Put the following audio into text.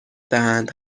دهند